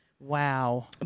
Wow